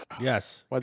Yes